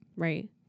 Right